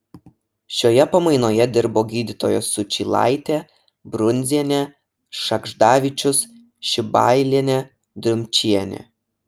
šioje pamainoje dirbo gydytojos sučylaitė brunzienė šagždavičius šibailienė dumčienė